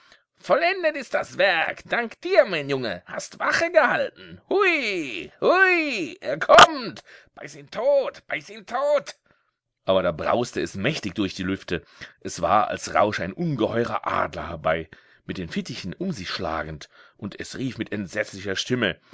vollendet ist das werk dank dir mein junge hast wache gehalten hui hui er kommt beiß ihn tot beiß ihn tot aber da brauste es mächtig durch die lüfte es war als rausche ein ungeheurer adler herab mit den fittichen um sich schlagend und es rief mit entsetzlicher stimme